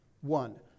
One